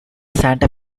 santa